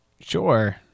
Sure